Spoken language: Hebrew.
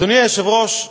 אדוני היושב-ראש,